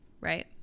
Right